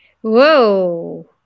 Whoa